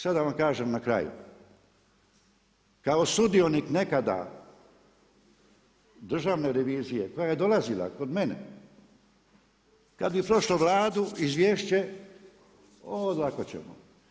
Sad da vam kažem na kraju, kao sudionik nekada Državne revizije, koja je dolazila kod mene, kad je prošla Vladu, izvješće, o lako ćemo.